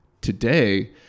today